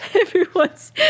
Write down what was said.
Everyone's